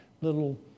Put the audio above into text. little